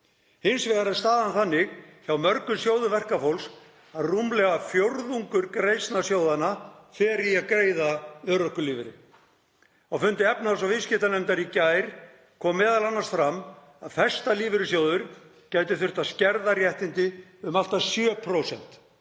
Hins vegar er staðan þannig hjá mörgum sjóðum verkafólks að rúmlega fjórðungur greiðslna sjóðanna fer í að greiða örorkulífeyri. Á fundi efnahags- og viðskiptanefndar í gær kom m.a. fram að Festa lífeyrissjóður gæti þurft að skerða réttindi um allt að 7%